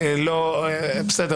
בדיוק.